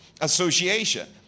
Association